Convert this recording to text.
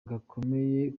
gakomeye